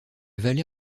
vallée